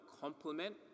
complement